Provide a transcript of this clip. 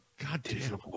Goddamn